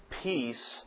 peace